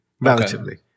relatively